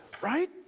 right